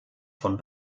von